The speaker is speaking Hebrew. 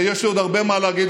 ויש לי עוד הרבה מה להגיד,